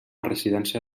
residència